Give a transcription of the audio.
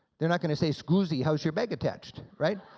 they're not going to say, scusi, how is your bag attached, right?